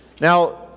Now